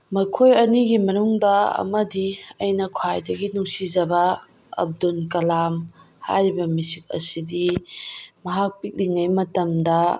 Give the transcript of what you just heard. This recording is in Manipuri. ꯃꯈꯣꯏ ꯑꯅꯤꯒꯤ ꯃꯅꯨꯡꯗ ꯑꯃꯗꯤ ꯑꯩꯅ ꯈ꯭ꯋꯥꯏꯗꯒꯤ ꯅꯨꯡꯁꯤꯖꯕ ꯑꯕꯗꯨꯜ ꯀꯂꯥꯝ ꯍꯥꯏꯔꯤꯕ ꯃꯤꯁꯛ ꯑꯁꯤꯗꯤ ꯃꯍꯥꯛ ꯄꯤꯛꯂꯤꯉꯩ ꯃꯇꯝꯗ